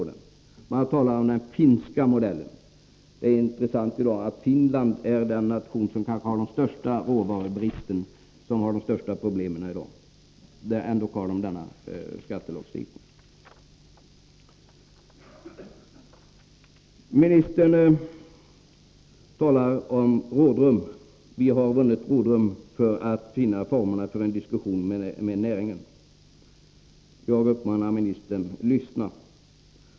Det talas om den finska modellen. Det är intressant att Finland är den nation som har den största råvarubristen och de största problemen i dag. Ändå har man denna skattelagstiftning. Ministern talar om rådrum: Vi har vunnit rådrum för att finna formerna för en diskussion med näringen. Jag uppmanar ministern: Lyssna!